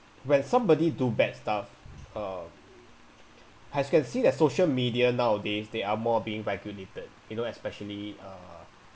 when somebody do bad stuff uh as you can see the social media nowadays they are more being regulated you know especially uh